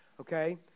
Okay